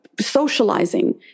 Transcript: socializing